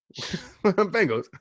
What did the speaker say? Bengals